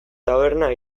taberna